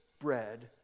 bread